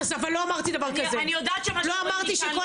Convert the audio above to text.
אבל לא אמרתי דבר כזה, לא אמרתי שכל